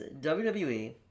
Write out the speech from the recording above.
WWE